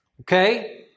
okay